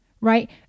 right